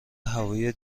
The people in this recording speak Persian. هوایی